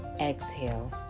exhale